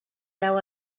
veu